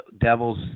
devils